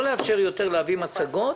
לא לאפשר יותר להביא מצגות,